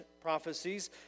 prophecies